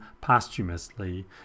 posthumously